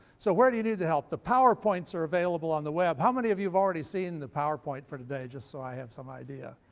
so where do you the help? the powerpoints are available on the web. how many of you've already seen the powerpoint for today, just so i have some idea?